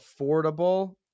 affordable